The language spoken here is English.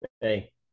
hey